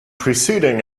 preceding